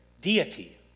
deity